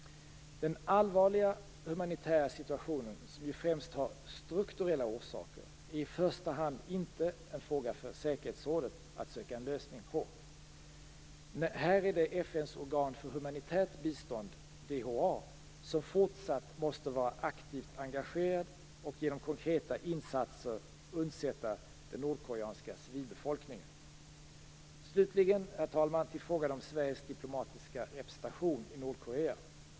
Den allvarliga humanitära situationen, som ju främst har strukturella orsaker, är i första hand inte en fråga för säkerhetsrådet att söka en lösning på. Här är det FN:s organ för humanitärt bistånd, DHA, som fortsatt måste vara aktivt engagerat och genom konkreta insatser undsätta den nordkoreanska civilbefolkningen. Slutligen, herr talman, till frågan om Sveriges diplomatiska representation i Nordkorea.